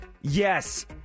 Yes